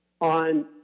on